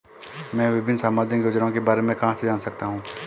मैं विभिन्न सामाजिक योजनाओं के बारे में कहां से जान सकता हूं?